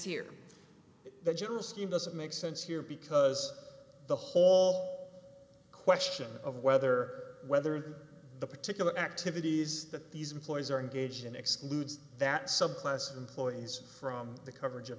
here the general scheme doesn't make sense here because the whole question of whether whether the particular activities that these employees are engaged in excludes that subclass of employees from the coverage of